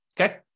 okay